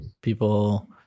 people